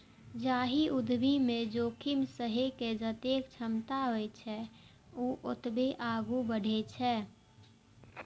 जाहि उद्यमी मे जोखिम सहै के जतेक क्षमता होइ छै, ओ ओतबे आगू बढ़ै छै